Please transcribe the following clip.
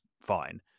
fine